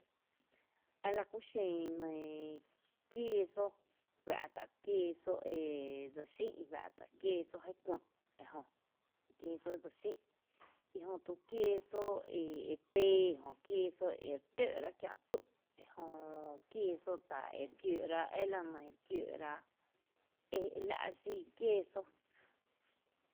Ela kú xen quéeso, juⱥ’ ta’ quéeso edse xí’n juⱥ’ tá’ quéeso je kuÿÿ’ ejö, quéeso edse xí’n, quéeso e pee jö, quéso ere tǿǿ’ kiä’ tú’ ejö quéeso ta ere kiǿǿ’ra la ne re kiǿǿ’ rá la’ xin quéeso.